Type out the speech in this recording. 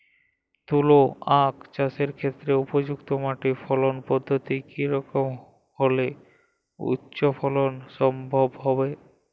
তুলো আঁখ চাষের ক্ষেত্রে উপযুক্ত মাটি ফলন পদ্ধতি কী রকম হলে উচ্চ ফলন সম্ভব হবে?